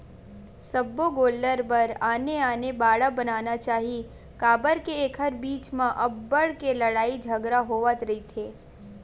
सब्बो गोल्लर बर आने आने बाड़ा बनाना चाही काबर के एखर बीच म अब्बड़ के लड़ई झगरा होवत रहिथे